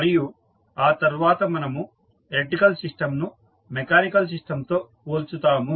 మరియు ఆ తర్వాత మనము ఎలక్ట్రికల్ సిస్టంను మెకానికల్ సిస్టం తో పోల్చుతాము